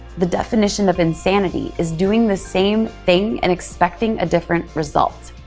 the definition of insanity is doing the same thing and expecting a different result.